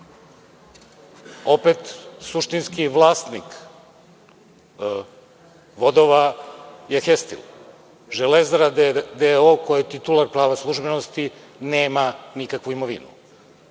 Opet, suštinski, vlasnik vodova je „Hestil“, „Železara“ d.o.o, koja je titular prava službenosti, nema nikakvu imovinu